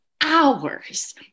hours